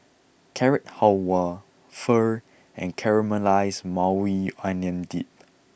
Carrot Halwa Pho and Caramelized Maui Onion Dip